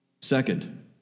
Second